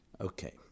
Okay